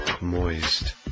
Moist